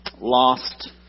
Lost